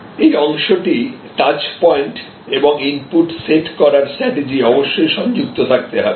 এই অংশটি touch point এবং ইনপুট সেট করার স্ট্রাটেজি অবশ্যই সংযুক্ত থাকতে হবে